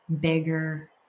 bigger